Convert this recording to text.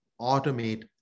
automate